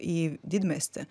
į didmiestį